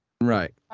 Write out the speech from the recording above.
Right